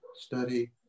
study